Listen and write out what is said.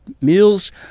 meals